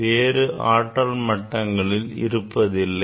வேறு ஆற்றல் மட்டங்களில் இருப்பதில்லை